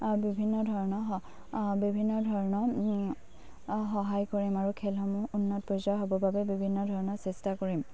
বিভিন্ন ধৰণৰ অঁ বিভিন্ন ধৰণৰ সহায় কৰিম আৰু খেলসমূহ উন্নত পৰ্য্য়ায়ৰ হ'বৰ বাবে বিভিন্ন ধৰণৰ চেষ্টা কৰিম